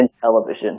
television